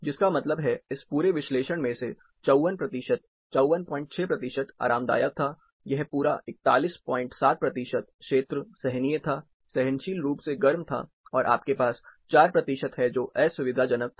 जिसका मतलब है इस पूरे विश्लेषण में से 54 प्रतिशत 546 प्रतिशत आरामदायक था यह पूरा 417 प्रतिशत क्षेत्र सहनीय था सहनशील रूप से गर्म था और आपके पास 4 प्रतिशत है जो असुविधाजनक था